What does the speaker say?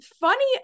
funny